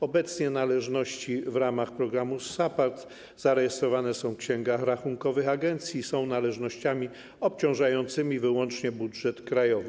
Obecnie należności w ramach programu SAPARD zarejestrowane są w księgach rachunkowych agencji i są należnościami obciążającymi wyłącznie budżet krajowy.